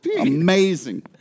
Amazing